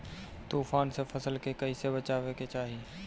तुफान से फसल के कइसे बचावे के चाहीं?